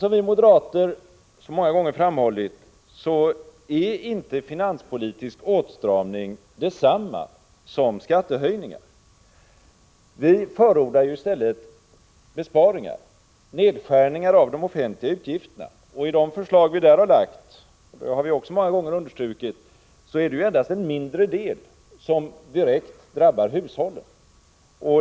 Som vi moderater så många gånger har framhållit är dock inte finanspolitisk åtstramning detsamma som skattehöjningar. Vi förordar i stället besparingar, nedskärningar av de offentliga utgifterna. I de förslag vi har lagt fram är det, som vi många gånger har understrukit, endast en mindre del av åtgärderna som direkt drabbar hushållen.